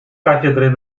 кафедры